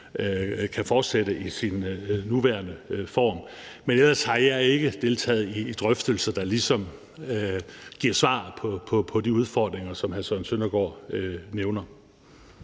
kan fortsætte i sin nuværende form. Men ellers har jeg ikke deltaget i drøftelser, der ligesom giver svaret på de udfordringer, som hr. Søren Søndergaard nævner.